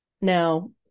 Now